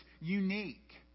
unique